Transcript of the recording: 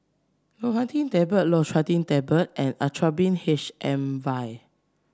Loratadine Tablets Loratadine Tablets and Actrapid H M vial